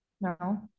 No